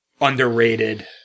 Underrated